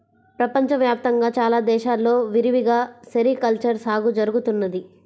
ప్రపంచ వ్యాప్తంగా చాలా దేశాల్లో విరివిగా సెరికల్చర్ సాగు జరుగుతున్నది